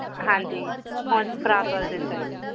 ਹਾਂਜੀ ਹੁਣ ਬਰਾਤ ਵਾਲ਼ੇ ਦਿਨ ਚਾਹੀਦੇ